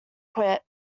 quit